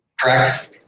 Correct